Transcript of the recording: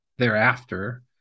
thereafter